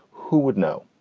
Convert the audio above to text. who would know?